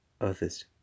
others